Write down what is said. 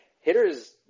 hitters